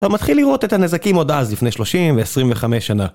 אתה מתחיל לראות את הנזקים עוד אז, לפני 30 ו-25 שנה.